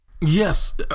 Yes